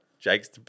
Jake's